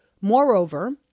Moreover